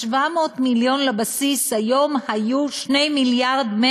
ה-700 מיליון לבסיס היו 2.1 מיליארד,